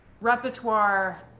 repertoire